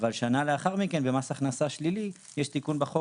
אבל שנה לאחר מכן במס הכנסה שלילי יש תיקון בחוק